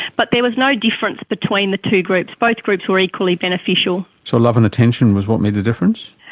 but there was no difference between the two groups, both groups were equally beneficial. so love and attention was what made the difference?